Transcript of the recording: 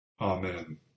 Amen